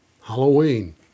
Halloween